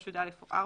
3יא או 4,